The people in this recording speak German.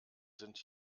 sind